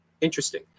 Interesting